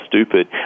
stupid